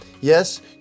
Yes